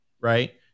right